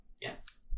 Yes